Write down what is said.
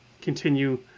continue